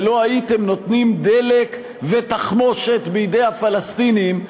ולא הייתם נותנים דלק ותחמושת בידי הפלסטינים,